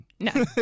No